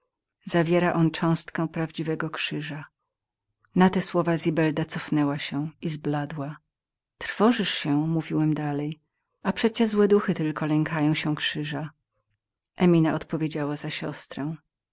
zawiera on cząstkę prawdziwego krzyża na te słowa zibelda cofnęła się i zbladła trwożysz się mówiłem dalej przecież złe duchy tylko lękają się krzyża emina odpowiedziała za siostrę